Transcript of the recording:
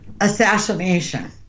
assassination